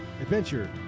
adventure